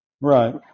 Right